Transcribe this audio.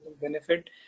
benefit